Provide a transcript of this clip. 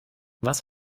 was